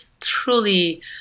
truly